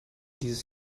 dieses